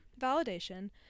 validation